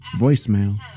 voicemail